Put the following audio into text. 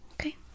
Okay